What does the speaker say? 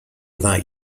that